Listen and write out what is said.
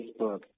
Facebook